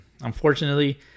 unfortunately